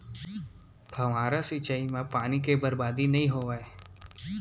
फवारा सिंचई म पानी के बरबादी नइ होवय